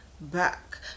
back